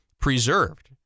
preserved